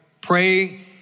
Pray